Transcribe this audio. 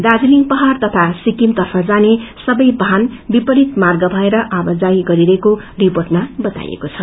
दार्जीलिङ पहाउ तथा सिक्किम तर्फ जाने सबै वाहन विपरीत मार्ग भएर आवाजाही गरिरहेको सूत्रले बताएको छ